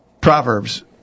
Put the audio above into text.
Proverbs